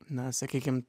na sakykim